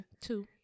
two